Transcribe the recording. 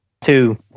Two